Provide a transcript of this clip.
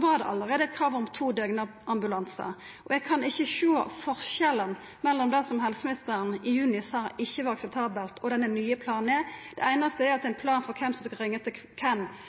var det allereie krav om to døgnambulansar. Eg kan ikkje sjå forskjellen mellom det helseministeren i juni sa ikkje var akseptabelt, og denne nye planen. Det einaste er ein plan for kven som skal ringja til kven